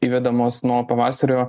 įvedamos nuo pavasario